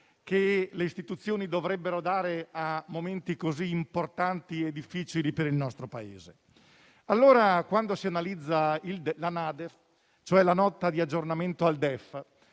che le istituzioni dovrebbero dare, in momenti così importanti e difficili per il nostro Paese. Dunque, quando si analizza la Nota di aggiornamento al DEF,